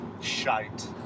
Shite